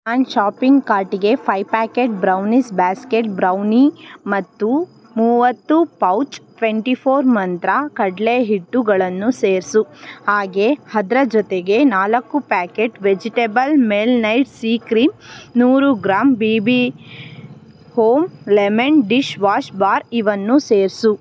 ನನ್ನ ಷಾಪಿಂಗ್ ಕಾರ್ಟಿಗೆ five packet brownies basket brownie ಮತ್ತು ಮೂವತ್ತು ಪೌಚ್ ಟ್ವೆಂಟಿ ಫೋರ್ ಮಂತ್ರ ಕಡಲೆಹಿಟ್ಟುಗಳನ್ನು ಸೇರಿಸು ಹಾಗೇ ಅದ್ರ ಜೊತೆಗೆ ನಾಲ್ಕು ಪ್ಯಾಕೆಟ್ ವೆಜಿಟೇಬಲ್ ಮೆಲ್ನೈಟ್ ಸಿ ಕ್ರೀಮ್ ನೂರು gram B B home lemon dishwash bar ಇವನ್ನೂ ಸೇರಿಸು